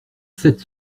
sept